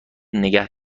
نگه